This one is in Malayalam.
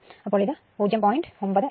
അപ്പോൾ ഇത് 0